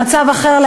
במצב אחר,